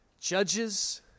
Judges